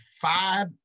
five